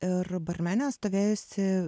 ir barmenė stovėjusi